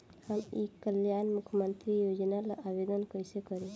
हम ई कल्याण मुख्य्मंत्री योजना ला आवेदन कईसे करी?